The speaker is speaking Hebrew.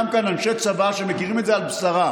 וישנם כאן אנשי צבא שמכירים את זה על בשרם,